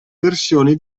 versioni